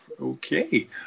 Okay